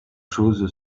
chose